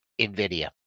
NVIDIA